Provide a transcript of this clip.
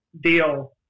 deal